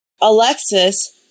Alexis